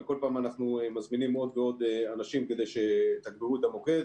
וכל פעם אנחנו מזמינים עוד ועוד אנשים כדי שיתגברו את המוקד.